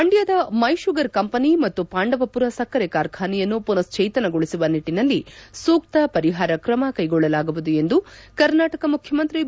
ಮಂಡ್ದದ ಮೈಶುಗರ್ ಕಂಪನಿ ಮತ್ತು ಪಾಂಡವಪುರ ಸಕ್ಕರೆ ಕಾರ್ಖಾನೆಯನ್ನು ಮನಶ್ಚೇತನಗೊಳಸುವ ನಿಟ್ಟನಲ್ಲಿ ಸೂಕ್ತ ಪರಿಹಾರ ಕ್ರಮ ಕೈಗೊಳ್ಳಲಾಗುವುದು ಎಂದು ಕರ್ನಾಟಕ ಮುಖ್ಯಮಂತ್ರಿ ಬಿ